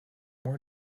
more